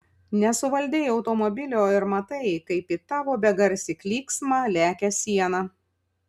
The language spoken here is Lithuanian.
nesuvaldei automobilio ir matai kaip į tavo begarsį klyksmą lekia siena